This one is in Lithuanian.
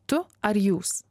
tu ar jūs